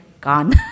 gone